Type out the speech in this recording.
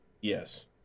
Yes